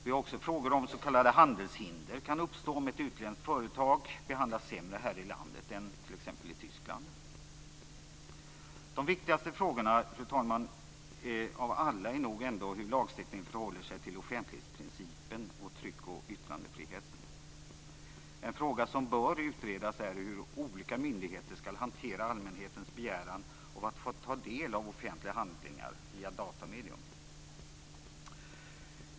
Vi har också frågor om huruvida s.k. handelshinder kan uppstå om ett utländskt företag behandlas sämre i landet än i t.ex. Tyskland. Fru talman! De viktigaste frågorna av alla är hur lagstiftningen förhåller sig till offentlighetsprincipen och tryck och yttrandefriheten. En fråga som bör utredas är hur olika myndigheter skall hantera allmänhetens begäran av att få ta del av offentliga handlingar via datamedier.